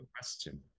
question